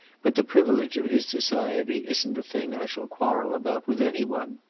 but the privilege of his society isn't a thing i shall quarrel about with any one.